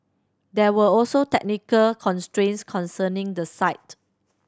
there were also technical constraints concerning the site